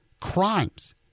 crimes